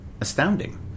astounding